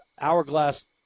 hourglass